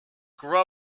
grew